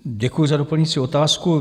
Děkuji za doplňující otázku.